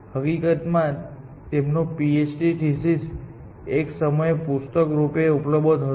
હકીકતમાં તેમનો PhD thesis એક સમયે પુસ્તક રૂપે ઉપલબ્ધ હતો